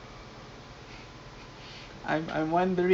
oh mother's gossip